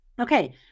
Okay